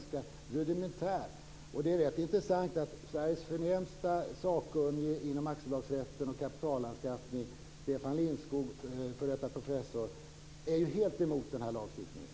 Lagstiftningen är rudimentär. Det är intressant att Lindskog, är ju helt emot lagstiftningen.